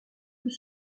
vous